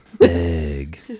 egg